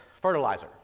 fertilizer